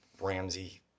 Ramsey